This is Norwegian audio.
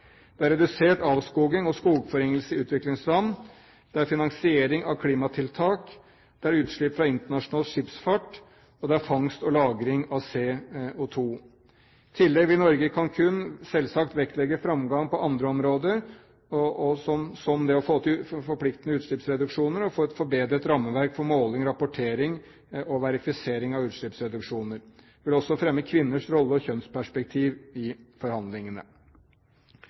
Det er redusert avskoging og skogforringelse i utviklingsland finansiering av klimatiltak utslipp fra internasjonal skipsfart fangst og lagring av CO2 I tillegg vil Norge i Cancún selvsagt vektlegge framgang på andre områder, som det å få til forpliktende utslippsreduksjoner og få et forbedret rammeverk for måling, rapportering og verifisering av utslippsreduksjoner. Vi vil også fremme kvinners rolle og kjønnsperspektiv i forhandlingene.